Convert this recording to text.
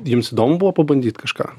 jums įdomu buvo pabandyt kažką